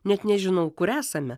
net nežinau kur esame